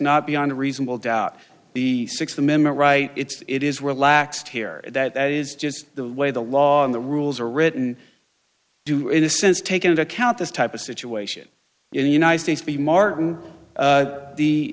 not beyond a reasonable doubt the sixth amendment right it's it is relaxed here that is just the way the law and the rules are written do in a sense take into account this type of situation in the united states the martin